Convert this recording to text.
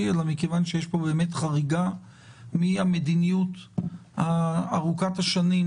אלא מכיוון שיש כאן חריגה מן המדיניות ארוכת השנים,